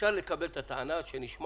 אפשר לקבל את הטענה שנשמעת